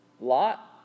Lot